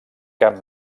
cap